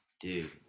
dude